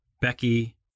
Becky